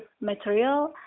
material